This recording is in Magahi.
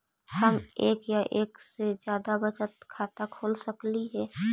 हम एक या एक से जादा बचत खाता खोल सकली हे?